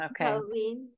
okay